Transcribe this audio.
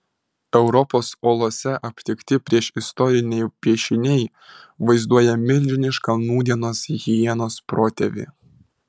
europos olose aptikti priešistoriniai piešiniai vaizduoja milžinišką nūdienos hienos protėvį